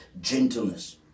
gentleness